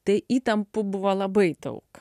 tai įtampų buvo labai daug